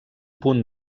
punt